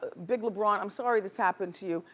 big lebron, i'm sorry this happened to you.